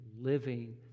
living